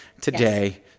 today